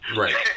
Right